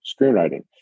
screenwriting